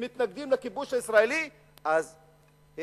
ומתנגדים לכיבוש הישראלי אז זה